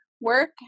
work